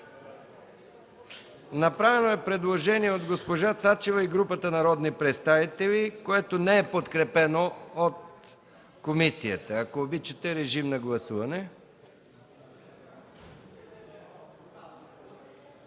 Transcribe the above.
Направено е предложение от госпожа Цецка Цачева и група народни представители, което не е подкрепено от комисията. Режим на гласуване.